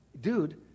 dude